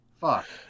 Fuck